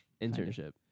internship